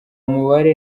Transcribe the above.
mubare